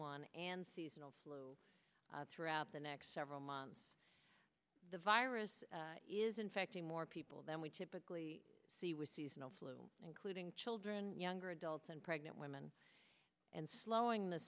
one and seasonal flu throughout the next several months the virus is infecting more people than we typically see with seasonal flu including children younger adults and pregnant women and slowing the